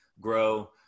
grow